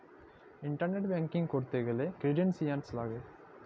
internet banking ক্যরতে গ্যালে credentials লাগিয়ে